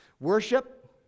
Worship